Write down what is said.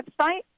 website